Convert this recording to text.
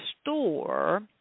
store